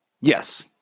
Yes